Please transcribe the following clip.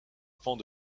pans